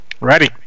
Ready